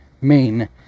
main